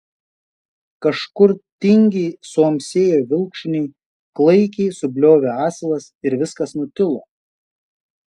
kažkur tingiai suamsėjo vilkšuniai klaikiai subliovė asilas ir viskas nutilo